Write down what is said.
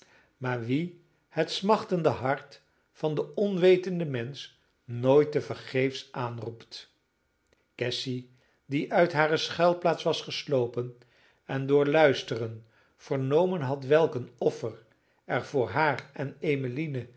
maar wien het smachtende hart van den onwetenden mensch nooit tevergeefs aanroept cassy die uit hare schuilplaats was geslopen en door luisteren vernomen had welk een offer er voor haar en